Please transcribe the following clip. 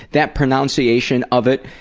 that pronunciation of it,